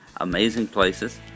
AmazingPlaces